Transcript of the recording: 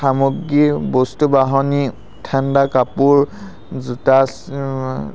সামগ্ৰী বস্তু বাহনি ঠাণ্ডা কাপোৰ জোতা